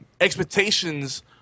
expectations